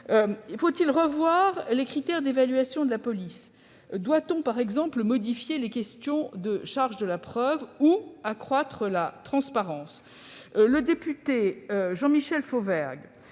Faut-il revoir les critères d'évaluation de la police ? Doit-on, par exemple, modifier le régime de la charge de la preuve ou accroître la transparence ?